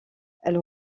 elle